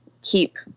keep